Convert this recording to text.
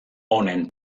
honen